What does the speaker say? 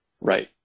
Right